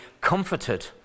comforted